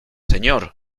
señor